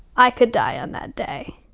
i could die on that day